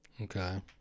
Okay